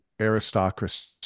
aristocracy